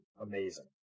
amazing